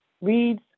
reads